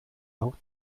auch